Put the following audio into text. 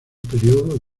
período